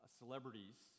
celebrities